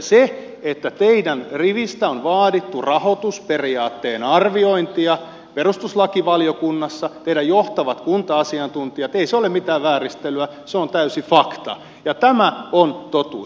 se että teidän rivistä on vaadittu rahoitusperiaatteen arviointia perustuslakivaliokunnassa teidän johtavat kunta asiantuntijat ei se ole mitään vääristelyä se on täysin faktaa ja tämä on totuus